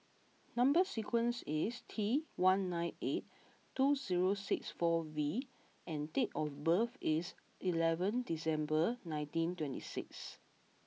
number sequence is T one nine eight two zero six four V and date of birth is eleventh December nineteen twenty six